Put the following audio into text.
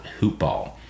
hoopball